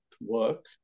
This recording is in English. Work